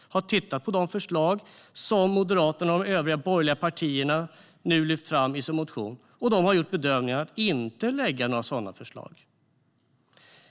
har tittat på de förslag som Moderaterna och de övriga borgerliga partierna nu lyft fram i sin motion och gjort bedömningen att inte lägga några sådana förslag.